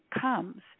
comes